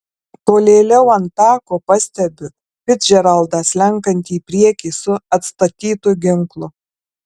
tolėliau ant tako pastebiu ficdžeraldą slenkantį į priekį su atstatytu ginklu